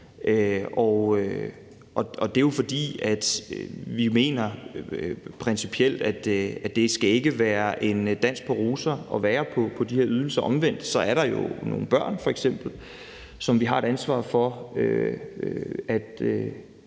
og det er jo, fordi vi principielt mener, at det ikke skal være en dans på roser at være på de her ydelser. Omvendt er der jo f.eks. nogle børn, som vi har et ansvar for at